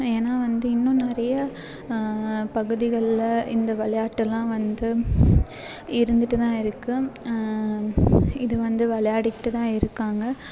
ஏன்னா வந்து இன்னும் நிறைய பகுதிகள்ல இந்த விளையாட்டுலாம் வந்து இருந்துட்டு தான் இருக்குது இது வந்து விளையாடிக்கிட்டு தான் இருக்காங்க